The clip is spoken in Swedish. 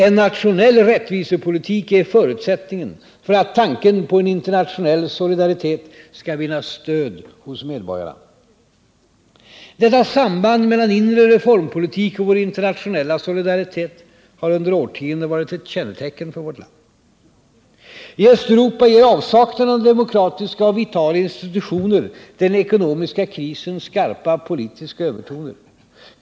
En nationell rättvisepolitik är förutsättningen för att tanken på en internationell solidaritet skall vinna stöd hos medborgarna. Detta samband mellan inre reformpolitik och vår internationella solidaritet har under årtionden varit ett kännetecken för vårt land. I Östeuropa ger avsaknaden av demokratiska och vitala institutioner den ekonomiska krisen skarpa politiska övertoner.